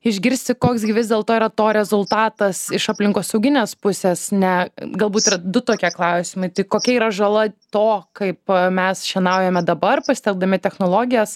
išgirsti koks gi vis dėlto yra to rezultatas iš aplinkosauginės pusės ne galbūt yra du tokie klausimai tai kokia yra žala to kaip mes šienaujame dabar pasitelkdami technologijas